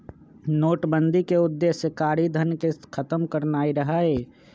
नोटबन्दि के उद्देश्य कारीधन के खत्म करनाइ रहै